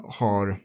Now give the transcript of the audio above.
har